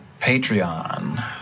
patreon